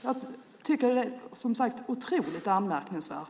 Jag tycker som sagt att det är otroligt anmärkningsvärt.